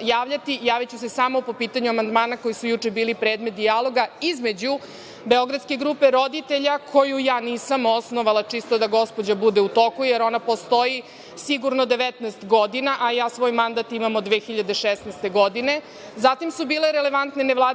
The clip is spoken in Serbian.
javljati. Javiću se samo po pitanju amandmana koji su juče bili predmet dijaloga između Beogradske grupe roditelja, koju ja nisam osnovala čisto da gospođa bude u toku, jer ona postoji sigurno 19 godina, a ja svoj mandat imam od 2016. godine. Zatim su bile relevantne vladine